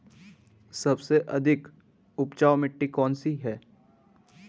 सबसे अधिक उपजाऊ मिट्टी कौन सी है?